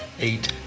Eight